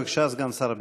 בבקשה, סגן שר הביטחון.